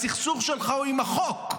הסכסוך שלך הוא עם החוק.